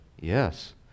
Yes